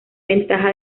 ventaja